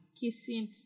Kissing